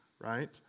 right